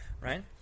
right